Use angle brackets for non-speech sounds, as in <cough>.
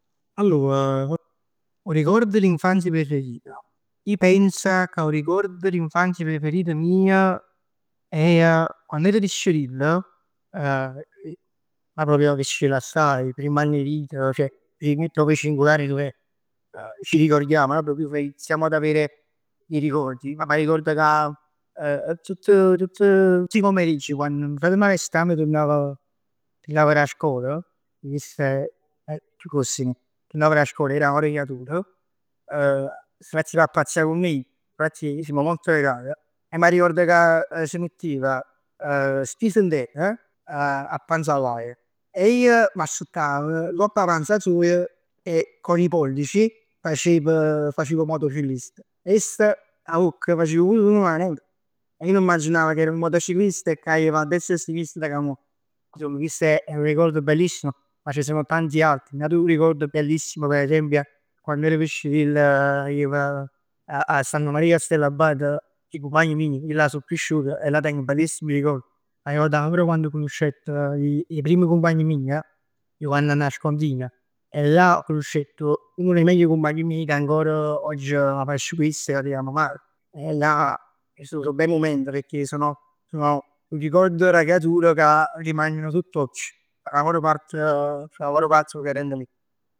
Allor 'o ricordo di infanzia preferito. Ij penz ca 'o ricordo d'infanzia preferito mij è, quann ero piccirill, <hesitation> ma proprio piccirill assaje, 'e primm ann 'e vita, ceh i primi cinque anni dove ci ricordiamo. Dove iniziamo ad avere i ricordi. M'arricord ca tutt, tutt, tutt 'e pomeriggi quann fratm turnav d' 'a scola, iss è chiù gruoss 'e me, turnav d' 'a scol e ij ero ancor creatur. <hesitation> Si mettev a pazzià cu me, infatti simm molto legat e m'arricord ca s' mettev stis n'terr a panz all'aria e ij m'assettav ngopp 'a panza soja e con i pollici facev, facev 'o motociclista. Ess cu 'a vocc facev brum brum e ij m'immaginav ca ero nu motociclista e facevo a destra e a sinistra. Insomma chest è nu ricordo bellissimo, a ci sono tanti altri. N'atu ricordo bellissimo per esempio, quann ero piccirill jev a Santa Maria 'e Castelabate cu 'e cumpagn meje. Ij là so cresciuto e teng bellissimi ricordi. M'arricordo ancora a quann cunuscett 'e 'e primm cumpagne meje jucann a nascondin. E là cunuscett uno dei meglio cumpagni meje che ancora oggi. <hesitation> E là so bei momenti pecchè sono sono un ricordo da creatur ca rimaneno tutt oggi, fann ancora parte, fann ancor parte d'o ricordo mij.